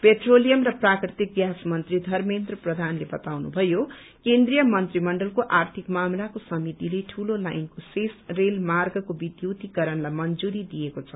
petroleum र प्राकृतिक gas मन्त्री धर्मेन्द प्रधानले बताउनुभयो केन्द्रीय मन्त्रीमण्डलको आर्थिक मामिलाको समितिले ठूलो लाइनको शेष रेल मार्गको विद्युतीकरणलाई मन्जूरी दिएको छ